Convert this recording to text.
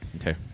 Okay